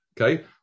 okay